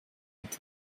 mit